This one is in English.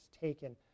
taken